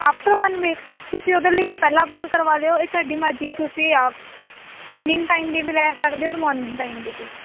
after one week ਤੁਸੀਂ ਉਹਦੇ ਲਈ ਵੀ ਪਹਿਲਾਂ ਬੁੱਕ ਕਰਵਾ ਲਿਓ ਇਹ ਤੁਹਾਡੀ ਮਰਜ਼ੀ ਹੈ ਤੁਸੀਂ ਆਪ ਇਵਨਿੰਗ ਟਾਈਮ ਦੀ ਵੀ ਲੈ ਸਕਦੇ ਔਰ ਮੋਰਨਿੰਗ ਟਾਈਮ ਦੀ ਵੀ